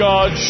God